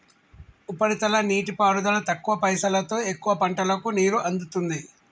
ఉపరితల నీటిపారుదల తక్కువ పైసలోతో ఎక్కువ పంటలకు నీరు అందుతుంది